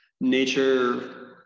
nature